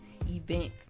events